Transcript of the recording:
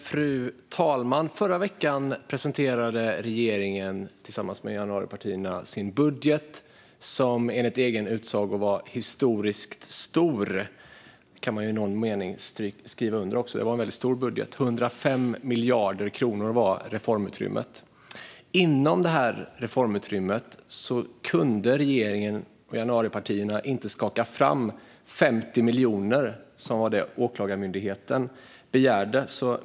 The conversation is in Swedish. Fru talman! Förra veckan presenterade regeringen tillsammans med januaripartierna sin budget, som enligt deras egen utsago är historiskt stor. Det kan man i någon mening skriva under på. Det är en väldigt stor budget - 105 miljarder kronor är reformutrymmet. Inom detta reformutrymme kunde regeringen och januaripartierna inte skaka fram 50 miljoner, som var det Åklagarmyndigheten begärde.